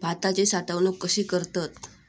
भाताची साठवूनक कशी करतत?